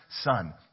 son